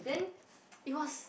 then it was